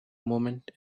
moment